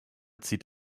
zieht